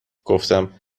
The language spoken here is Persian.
گفتم